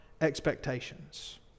expectations